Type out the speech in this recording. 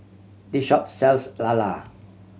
this shop sells lala